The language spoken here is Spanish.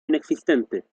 inexistente